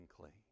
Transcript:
clean